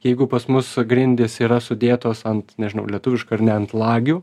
jeigu pas mus grindys yra sudėtos ant nežinau lietuviškai ar ne ant lagių